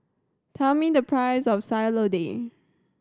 tell me the price of Sayur Lodeh